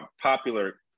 popular